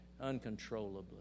uncontrollably